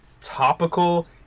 topical